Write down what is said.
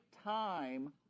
time